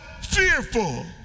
fearful